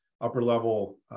upper-level